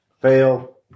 fail